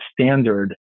standard